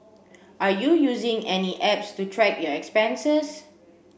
are you using any apps to track your expenses